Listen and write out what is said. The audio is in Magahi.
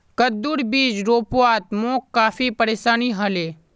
कद्दूर बीज रोपवात मोक काफी परेशानी ह ले